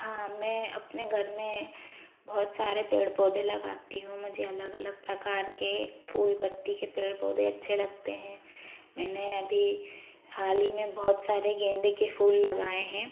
हाँ मैं अपने घर में बहुत सारे पेड़ पौधे लगाती हूँ मुझे अलग अलग प्रकार के फूल पत्ती के पेड़ पौधे अच्छे लगते हैं मैंने अभी हाल ही में बहुत सारे गेंदे के फूल लगाए हैं